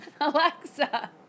Alexa